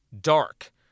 dark